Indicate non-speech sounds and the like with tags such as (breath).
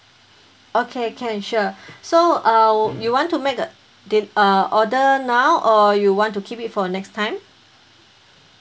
okay can sure (breath) so uh you want to make a del~ uh order now or you want to keep it for next time